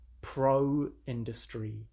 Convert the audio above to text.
pro-industry